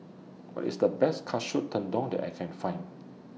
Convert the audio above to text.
What IS The Best Katsu Tendon that I Can Find